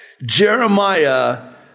Jeremiah